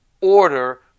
order